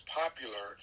popular